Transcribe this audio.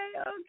okay